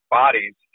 bodies